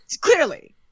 Clearly